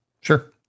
sure